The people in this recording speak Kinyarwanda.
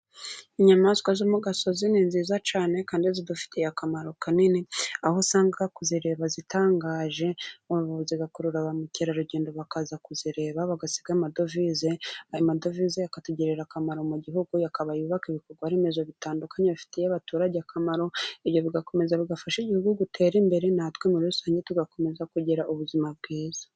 Inyamaswa zo mu gasozi ni nziza cyane kandi zidufitiye akamaro kanini, aho usanga kuzireba zitangaje ubwo zigakurura ba mukerarugendo bakaza kuzireba, bagasiga amadovize. Ayo madovize akatugirira akamaro mu gihugu. Akaba yubaka ibikorwaremezo bitandukanye bifitiye abaturage akamaro. Ibyo bigakomeza bigafasha Igihugu gutera imbere, na twe muri rusange tugakomeza kugira ubuzima bwiza.